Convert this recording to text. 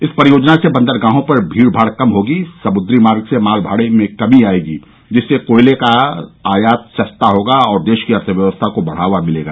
इस परियोजना से बंदरगाहों पर भीडभाड कम होगी समुद्री मार्ग से मालमाडे में कमी आएगी जिससे कोयले का आयात सस्ता होगा और देश की अर्थव्यवस्था को बढावा मिलेगा